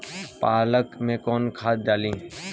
पालक में कौन खाद डाली?